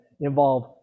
involve